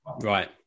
Right